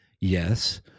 Yes